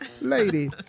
Lady